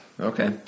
Okay